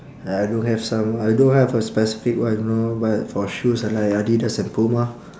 I don't have some I don't have a specific one know but for shoes I like adidas and puma